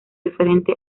diferente